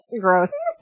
Gross